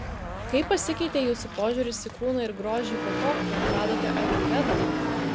kaip pasikeitė jūsų požiūris į kūną ir grožį po to kai atradote ajurvedą